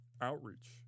outreach